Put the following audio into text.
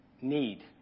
need